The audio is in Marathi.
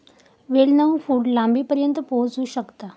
वेल नऊ फूट लांबीपर्यंत पोहोचू शकता